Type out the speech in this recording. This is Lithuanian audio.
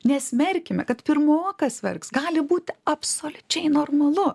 nesmerkime kad pirmokas verks gali būti absoliučiai normalu